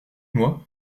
moi